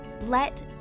Let